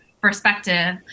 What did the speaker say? perspective